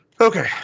okay